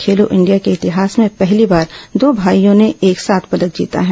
खेलो India के इतिहास में पहली बार दो भाईयों ने एक साथ पदक जीता है